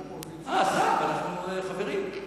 אנחנו חברים.